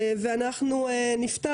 נפתח